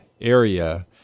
area